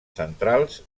centrals